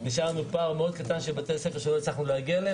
נשארנו לנו פער מאוד קטן של בתי ספר שלא הצלחנו להגיע את זה.